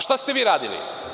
Šta ste vi radili?